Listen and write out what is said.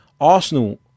Arsenal